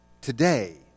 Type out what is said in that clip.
today